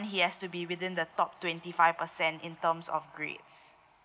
he has to be within the top twenty five percent in terms of grades